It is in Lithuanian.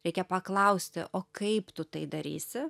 reikia paklausti o kaip tu tai darysi